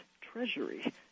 treasury